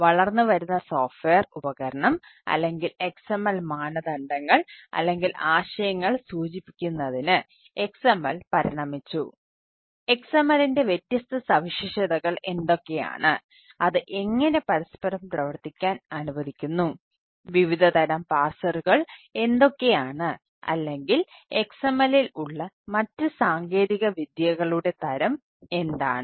വളർന്നുവരുന്ന സോഫ്റ്റ്വെയർ എന്തൊക്കെയാണ് അല്ലെങ്കിൽ XMLൽ ഉള്ള മറ്റ് സാങ്കേതികവിദ്യകളുടെ തരം എന്താണ്